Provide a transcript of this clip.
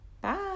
Bye